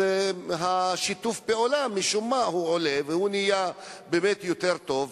משום מה יש שיתוף פעולה וכאילו נהיה יותר טוב,